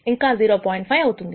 5 అవుతుంది